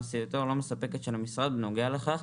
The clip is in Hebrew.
מעשייתו הלא מספקת של המשרד בנוגע לכך,